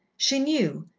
she knew,